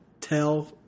tell